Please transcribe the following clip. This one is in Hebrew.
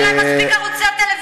אין להם מספיק ערוצי טלוויזיה.